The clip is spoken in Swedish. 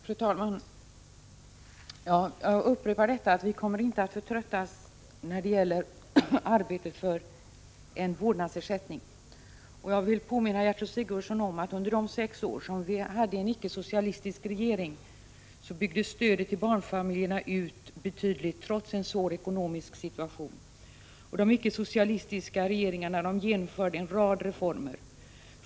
Fru talman! Jag upprepar att vi inte kommer att förtröttas i arbetet för en vårdnadsersättning. Jag vill påminna Gertrud Sigurdsen om att under de sex år då vi hade en icke-socialistisk regering byggdes stödet till barnfamiljerna ut betydligt. De icke-socialistiska regeringarna genomförde en rad reformer.